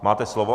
Máte slovo.